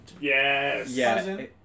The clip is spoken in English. Yes